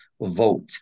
vote